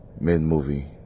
Mid-movie